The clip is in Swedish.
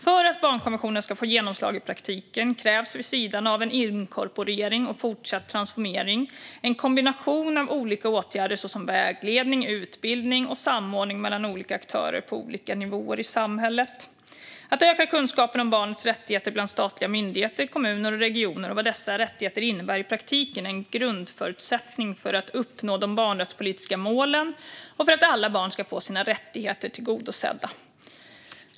För att barnkonventionen ska få genomslag i praktiken krävs, vid sidan av en inkorporering och fortsatt transformering, en kombination av olika åtgärder såsom vägledning, utbildning och samordning mellan olika aktörer på olika nivåer i samhället. Att öka kunskapen om barnets rättigheter bland statliga myndigheter, kommuner och regioner och vad dessa rättigheter innebär i praktiken är en grundförutsättning för att uppnå de barnrättspolitiska målen och för att alla barn ska få sina rättigheter tillgodosedda.